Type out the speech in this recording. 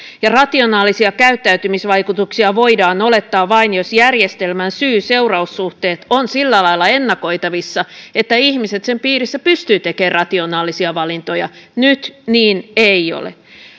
ja rationaalisia käyttäytymisvaikutuksia voidaan olettaa vain jos järjestelmän syy seuraussuhteet ovat sillä lailla ennakoitavissa että ihmiset sen piirissä pystyvät tekemään rationaalisia valintoja nyt niin ei ole